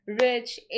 Rich